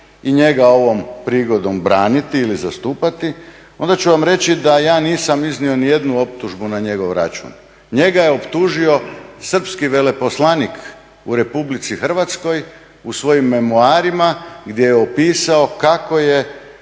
i njega ovom prigodom braniti ili zastupati, onda ću vam reći da ja nisam iznio nijednu optužbu na njegov račun. Njega je optužio srpski veleposlanik u Republici Hrvatskoj u svojim memoarima gdje je opisao kako je